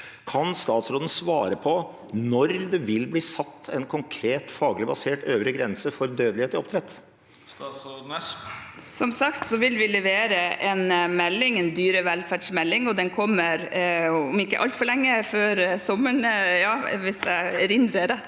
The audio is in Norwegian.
Kan statsråden svare på når det vil bli satt en konkret, faglig basert øvre grense for dødelighet i oppdrett? Statsråd Marianne Sivertsen Næss Som sagt vil vi levere en melding, en dyrevelferdsmelding, og den kommer om ikke altfor lenge – før sommeren, hvis jeg erindrer rett.